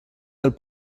del